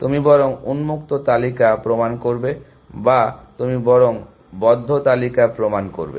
তুমি বরং উন্মুক্ত তালিকা প্রমাণ করবে বা তুমি বরং বন্ধ তালিকা প্রমাণ করবে